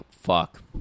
Fuck